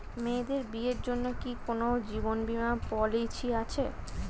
মেয়েদের বিয়ের জন্য কি কোন জীবন বিমা পলিছি আছে?